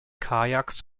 kajaks